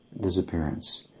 disappearance